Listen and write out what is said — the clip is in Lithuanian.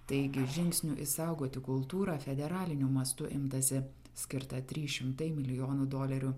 taigi žingsnių išsaugoti kultūrą federaliniu mastu imtasi skirta trys šimtai milijonų dolerių